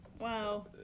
Wow